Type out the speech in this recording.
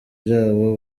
byabo